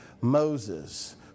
Moses